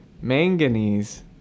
manganese